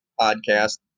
podcast